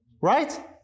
right